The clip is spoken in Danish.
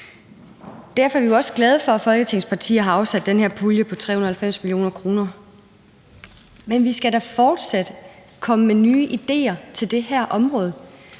Derfor er vi jo også glade for, at Folketingets partier har afsat den her pulje på 390 mio. kr. Men vi skal da fortsat komme med nye idéer til det her område.